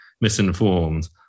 misinformed